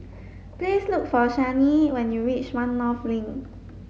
please look for Shani when you reach One North Link